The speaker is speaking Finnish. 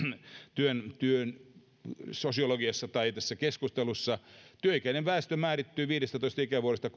työn työn sosiologiassa tai tässä keskustelussa määrittyy viidestätoista ikävuodesta